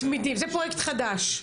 זה פרויקט חדש?